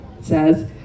says